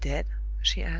she asked.